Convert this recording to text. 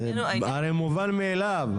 הרי מובן מאליו.